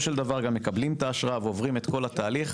של דבר גם מקבלים את האשרה ועוברים את כל התהליך,